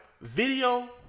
video